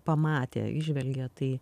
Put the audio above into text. pamatė įžvelgė tai